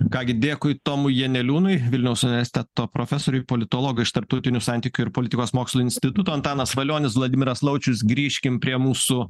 ką gi dėkui tomui janeliūnui vilniaus universiteto profesoriui politologui iš tarptautinių santykių ir politikos mokslų instituto antanas valionis vladimiras laučius grįžkim prie mūsų